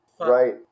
right